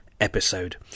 episode